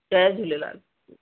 Jay Jhulelal